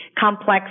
complex